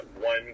one